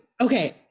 okay